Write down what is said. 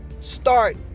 start